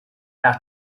nach